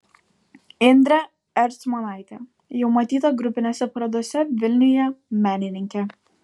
indrė ercmonaitė jau matyta grupinėse parodose vilniuje menininkė